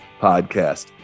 podcast